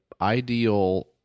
ideal